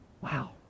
Wow